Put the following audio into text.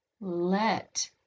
Let